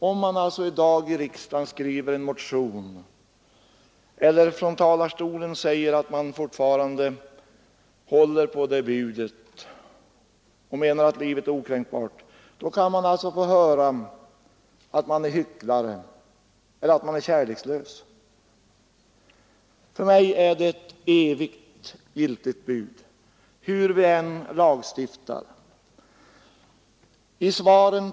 Om man i dag i en motion till riksdagen skriver eller från denna talarstol säger att man alltjämt håller på det budet och förfäktar att livet är okränkbart, så kan man få höra att man är en hycklare — eller att man är kärlekslös! För mig är det ett för evigt giltigt bud, hur vi än lagstiftar.